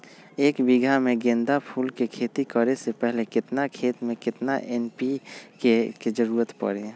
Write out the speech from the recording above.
एक बीघा में गेंदा फूल के खेती करे से पहले केतना खेत में केतना एन.पी.के के जरूरत परी?